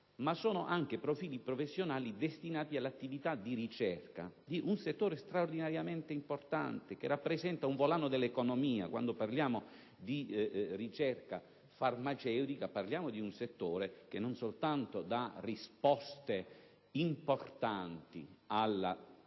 oltre a profili professionali legati all'attività di ricerca di un settore straordinariamente importante, che rappresenta un volano dell'economia. Quando si parla di ricerca farmaceutica si fa riferimento ad un settore che non soltanto dà risposte importanti alla crescente